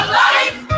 life